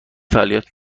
فعالیت